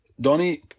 Donnie